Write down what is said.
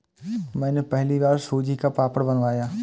मैंने पहली बार सूजी का पापड़ बनाया